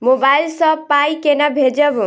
Mobile सँ पाई केना भेजब?